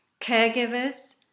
Caregivers